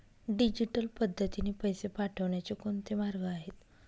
Digital पद्धतीने पैसे पाठवण्याचे कोणते मार्ग आहेत?